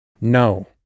No